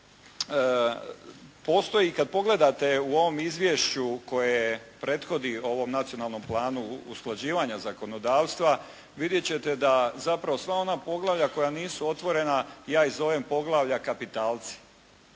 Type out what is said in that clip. postoji, kad pogledate u ovom izvješću koje prethodi ovom nacionalnom planu usklađivanja zakonodavstva vidjet ćete da zapravo sva ona poglavlja koja nisu otvorena, ja ih zovu poglavlja kapitalci